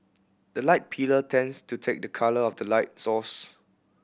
the light pillar tends to take the colour of the light source